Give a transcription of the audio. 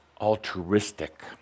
altruistic